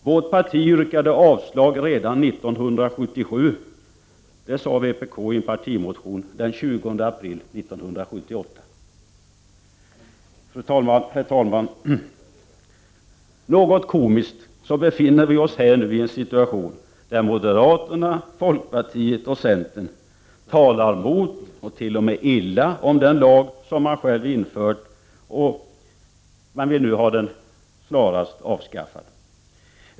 Vårt parti yrkade avslag redan 1977, sade vpk i en partimotion den 20 april 1978. Herr talman! Det är något komiskt att vi nu befinner oss i den situationen att moderaterna, folkpartiet och centerpartiet talar mot och t.o.m. illa om den lag man själv infört och snarast vill få den avskaffad.